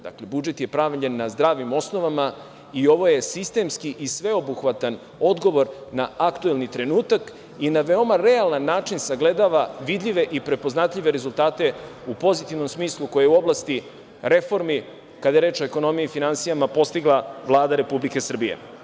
Dakle, budžet je pravljen na zdravim osnovama i ovo je sistemski i sveobuhvatan odgovor na aktuelni trenutak i na veoma realan način sagledava vidljive i prepoznatljive rezultate u pozitivnom smislu koje je u oblasti reformi, kada je reč o ekonomiji i finansijama postigla Vlada Republike Srbije.